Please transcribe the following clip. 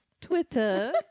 twitter